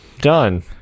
done